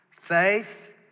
Faith